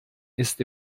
ist